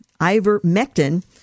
ivermectin